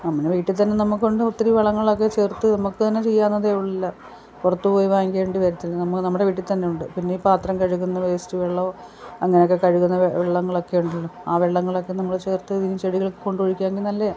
ഞാൻ പിന്നെ നമുക്ക് വീട്ടിത്തന്നെ നമുക്കൊണ്ട് ഒത്തിരി വളങ്ങളൊക്കെ ചേർത്ത് നമുക്ക് തന്നെ ചെയ്യാന്നതേയുള്ളു എല്ലാം പുറത്ത് പോയി വാങ്ങിക്കേണ്ടി വരത്തില്ല നമുക്ക് നമ്മുടെ വീട്ടിത്തന്നെയൊണ്ട് പിന്നീപ്പാത്രം കഴുകുന്ന വേസ്റ്റ് വെള്ളോ അങ്ങനൊക്കെ കഴുകുന്ന വെള്ളങ്ങളൊക്കെയൊണ്ടല്ലോ ആ വെള്ളങ്ങളൊക്കെ നമ്മൾ ചേർത്ത് ചെടികൾക്ക് കൊണ്ടൊഴിയ്ക്കാങ്കിൽ നല്ലെയാ